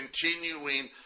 continuing